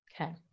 Okay